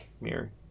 mirror